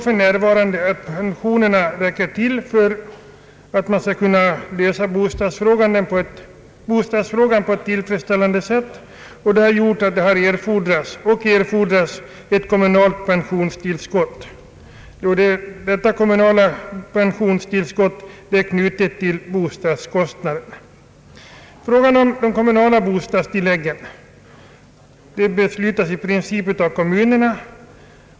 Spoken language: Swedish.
För närvarande räcker pensionerna ofta inte till för att folkpensionärerna skall kunna lösa bostadsfrågan på ett tillfredsställande sätt. Det har därför blivit nödvändigt med ett kommunalt pensionstillskott, som är knutet till bostadskostnaden. De kommunala bostadstilläggen beslutas i princip av kommunerna.